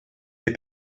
des